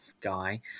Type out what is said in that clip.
guy